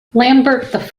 lambert